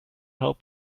help